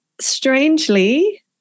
strangely